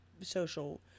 social